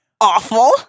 awful